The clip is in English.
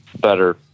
better